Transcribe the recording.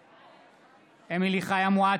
בעד אמילי חיה מואטי,